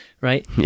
right